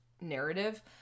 narrative